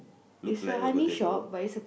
looks like a potato